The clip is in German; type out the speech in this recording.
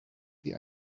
sie